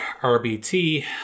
RBT